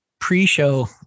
pre-show